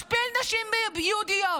משפיל נשים יהודיות,